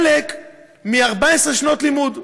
כחלק מ-14 שנות לימוד.